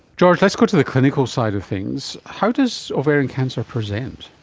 george, let's go to the clinical side of things. how does ovarian cancer present?